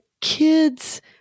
kids